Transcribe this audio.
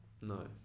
No